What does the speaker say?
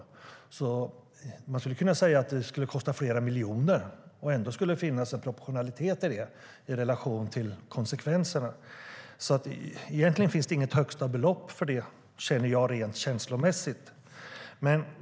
Man skulle alltså kunna säga att det ska kosta flera miljoner och ändå ha en proportionalitet i det, i relation till konsekvenserna. Egentligen finns det inget högsta belopp för det, tycker jag rent känslomässigt.